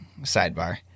Sidebar